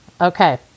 Okay